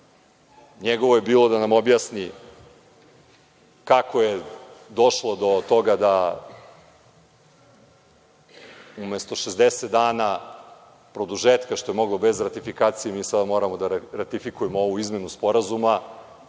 Njegovo je bilo da nam objasni kako je došlo do toga da umesto 60 dana produžetka, što je moglo bez ratifikacije, mi sada moramo da ratifikujemo ovu izmenu sporazuma.